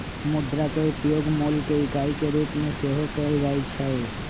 मुद्रा के उपयोग मोल के इकाई के रूप में सेहो कएल जाइ छै